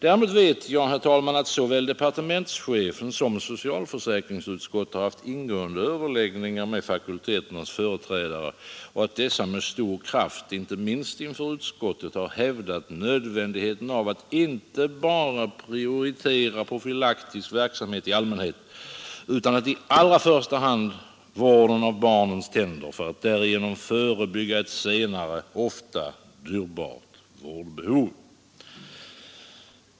Däremot vet jag, herr talman, att såväl departementschefen som socialförsäkringsutskottet haft ingående överläggningar med fakulteternas företrädare och att dessa med stor kraft, inte minst inför utskottet, har hävdat nödvändigheten av att inte bara prioritera profylaktisk verksamhet i allmänhet utan i allra första hand vården av barnens tänder för att därigenom förebygga ett senare, ofta dyrbart vårdbehov.